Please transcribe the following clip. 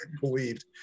believed